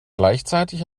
gleichzeitig